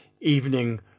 evening